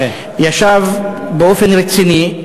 ישב באופן רציני,